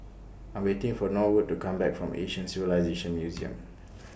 I Am waiting For Norwood to Come Back from Asian Civilisations Museum